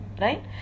Right